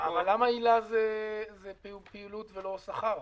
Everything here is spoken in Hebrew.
למה היל"ה זה פעילות ולא שכר?